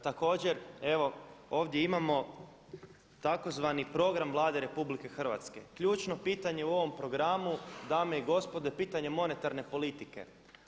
Također, evo ovdje imamo tzv. program Vlade RH, ključno pitanje u ovom programu dame i gospodo je pitanje monetarne politike.